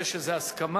יש איזה הסכמה?